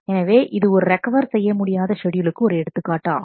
எனவே இது ஒரு ரெக்கவர் செய்ய முடியாத ஷெட்யூல்க்கு ஒரு எடுத்துக்காட்டு ஆகும்